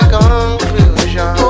conclusion